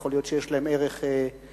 שיכול להיות שיש להם ערך גדול.